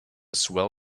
swell